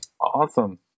Awesome